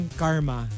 karma